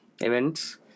Events